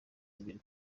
bibiri